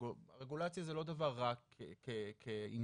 רגולציה היא לא דבר רע, כעניין,